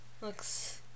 Looks